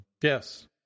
Yes